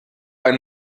ein